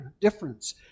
difference